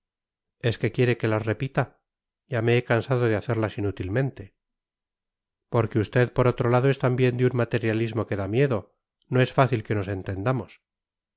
es que quiere que las repita ya me he cansado de hacerlas inútilmente porque usted por otro lado es también de un materialismo que da miedo no es fácil que nos entendamos